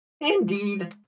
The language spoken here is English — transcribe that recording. Indeed